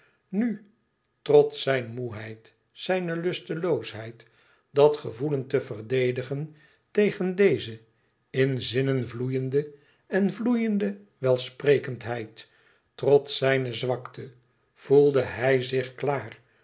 nu trots zijn moêheid zijne lusteloosheid dat gevoelen te verdedigen tegen deze in zinnen vloeiende en vloeiende welsprekendheid trots zijne zwakte voelde hij zich klaar